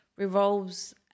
revolves